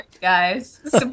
Guys